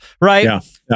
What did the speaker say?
Right